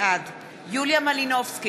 בעד יוליה מלינובסקי,